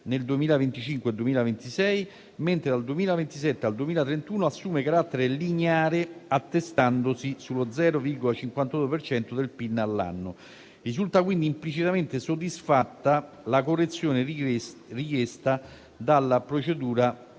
nel 2025-2026, mentre dal 2027 al 2031 assume carattere lineare, attestandosi sullo 0,52 per cento del PIL all'anno. Risulta quindi implicitamente soddisfatta la correzione richiesta dalla procedura